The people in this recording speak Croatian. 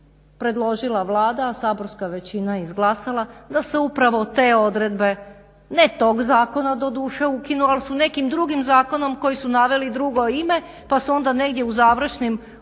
predložila Vlada, a saborska većina izglasala da se upravo te odredbe ne tog zakona doduše ukinu, ali su nekim drugim zakonom koji su naveli drugo ime pa su onda negdje u završnim odredbama